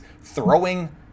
throwing